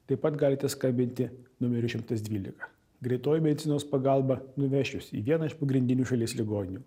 taip pat galite skambinti numeriu šimtas dvylika greitoji medicinos pagalba nuveš jus į vieną iš pagrindinių šalies ligoninių